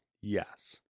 Yes